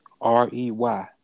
R-E-Y